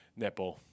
netball